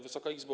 Wysoka Izbo!